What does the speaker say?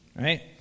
right